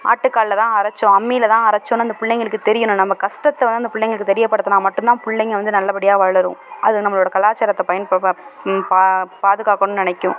ஆட்டுக்கல்ல தான் அரைத்தோம் அம்மியில் தான் அரைத்தோம்னு இந்த பிள்ளைங்களுக்கு தெரியணும் நம்ம கஷ்டத்தை வந்து பிள்ளைங்களுக்கு தெரியப்படுத்தணும்னா மட்டும் தான் பிள்ளைங்க வந்து நல்லபடியா வளரும் அது நம்மளோட கலாச்சாரத்தை பயன்பா பாதுகாக்கணும்னு நினைக்கும்